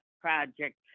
project